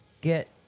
get